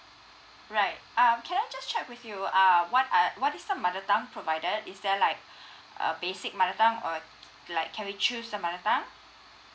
right um can I just check with you err what are what is the mother tongue provided is there like a basic mother tongue or like can we choose the mother tongue